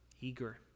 eager